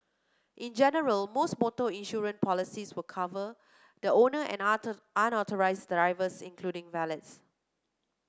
in general most motor insurance policies will cover the owner and authorised drivers including valets